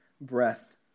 breath